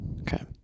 Okay